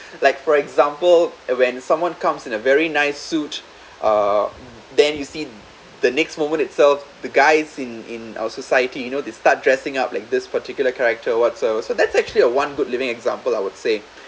like for example when someone comes in a very nice suit uh then you see in the next moment itself the guys in in our society you know they start dressing up like this particular character or whatsoever so that's actually a one good living example I would say